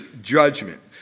judgment